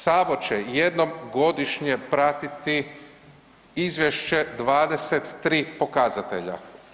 Sabor će jednom godišnje pratiti izvješće 23 pokazatelja.